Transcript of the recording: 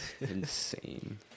Insane